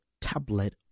tablet